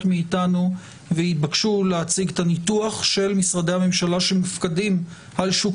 מאתנו ויתבקשו להציג את הניתוח של משרדי הממשלה שמופקדים על שוק